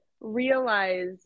realize